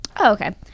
Okay